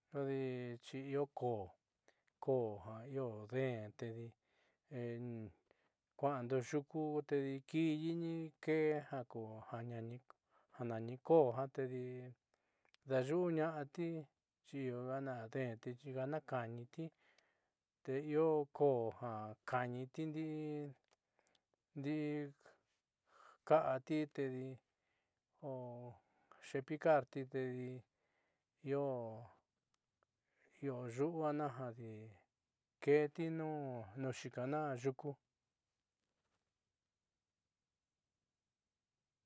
Kodi xi io koo ja io deen te di kuáando yuku tedi kiiyi nikee ja nani koó tedi daayuuña'ati xi va'a deenti xi gana ka'aaniti te io koó ja ka'aniti ndi'i ka'ati tedi o xepicarti tedi io io yu'una ja ke'eti nuun xiikana yuku.